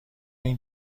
این